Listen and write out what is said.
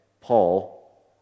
Paul